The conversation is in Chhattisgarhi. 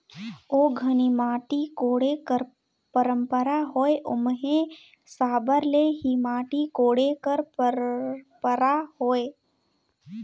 ओ घनी माटी कोड़े कर पंरपरा होए ओम्हे साबर ले ही माटी कोड़े कर परपरा होए